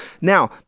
Now